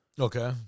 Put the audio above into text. Okay